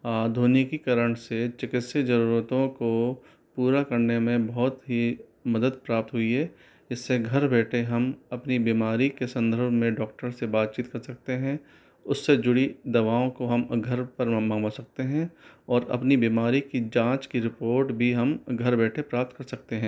ध्वनि की करण से चिकित्सीक ज़रूरतों को पूरा करने में बहुत ही मदद प्राप्त हुई है इस्से घर बैठे हम अपनी बीमारी के संदर्भ में डॉक्टर से बातचीत कर सकते हैं उससे जुड़ी दवाओं को हम घर पर मँगवा सकते हैं और अपनी बीमारी की जाँच की रिपोर्ट भी हम घर बैठे प्राप्त कर सकते हैं